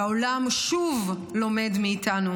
והעולם שוב לומד מאיתנו.